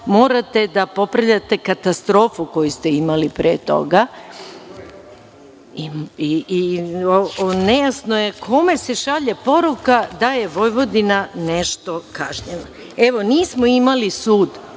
morate da popravljate katastrofu koju ste imali pre toga i nejasno je kome se šalje poruka da je Vojvodina nešto kažnjena. Nismo imali sud